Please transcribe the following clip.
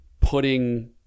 putting